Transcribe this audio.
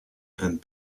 and